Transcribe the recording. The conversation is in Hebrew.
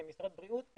כמשרד בריאות,